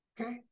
okay